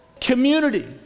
community